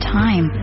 time